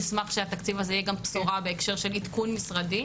ואנחנו באמת נשמח שהתקציב הזה יהיה גם בשורה בהקשר של עדכון משרדי.